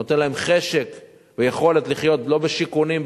נותן להם חשק ויכולת לחיות לא בשיכונים,